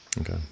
Okay